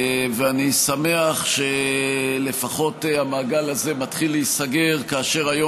אני שמח שלפחות המעגל הזה מתחיל להיסגר כאשר אנחנו